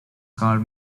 called